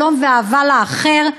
שלום ואהבה לאחר,